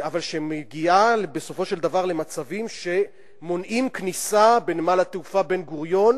שמגיעה בסופו של דבר למצבים שבנמל התעופה בן-גוריון